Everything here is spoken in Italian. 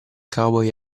cowboy